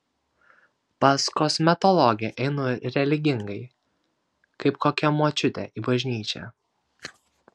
pas kosmetologę einu religingai kaip kokia močiutė į bažnyčią